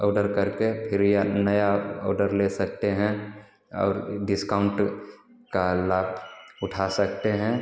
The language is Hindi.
औडर करके फिर यह नया ओडर ले सकते हैं और डिस्काउन्ट का लाभ उठा सकते हैं